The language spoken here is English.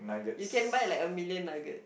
you can buy like a million nugget